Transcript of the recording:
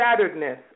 shatteredness